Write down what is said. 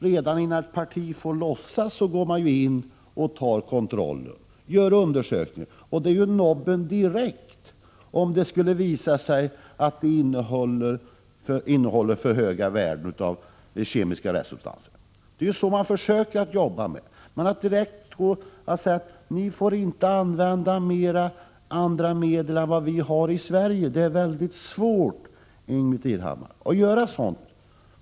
Redan innan ett parti får lossas görs det kontroller, och om det visar sig att produkterna innehåller för höga värden av kemiska restsubstanser får de inte tas in. Att fatta beslut om att andra länder inte får använda andra medel än dem som finns i Sverige är mycket svårt, Ingbritt Irhammar.